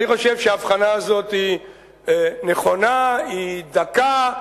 אני חושב שההבחנה הזאת היא נכונה, היא דקה,